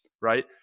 right